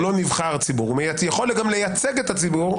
הוא יכול גם לייצג את הציבור,